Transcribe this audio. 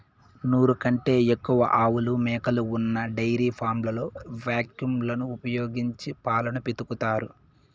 నూరు కంటే ఎక్కువ ఆవులు, మేకలు ఉన్న చిన్న డెయిరీ ఫామ్లలో వాక్యూమ్ లను ఉపయోగించి పాలను పితుకుతారు